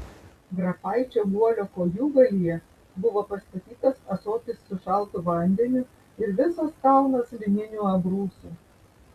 grafaičio guolio kojūgalyje buvo pastatytas ąsotis su šaltu vandeniu ir visas kalnas lininių abrūsų